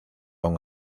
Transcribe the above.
aun